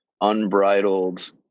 unbridled